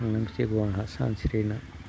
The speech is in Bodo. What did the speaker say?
थांनांसिगौ आंहा सानस्रिनो